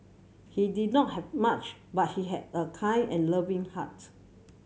he did not have much but he had a kind and loving heart